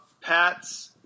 Pat's